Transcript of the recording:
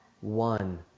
one